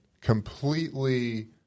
completely